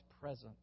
presence